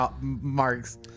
marks